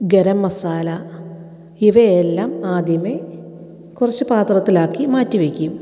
ഗരം മസാല ഇവയെല്ലാം ആദ്യമേ കുറച്ച് പാത്രത്തിലാക്കി മാറ്റി വെയ്ക്കും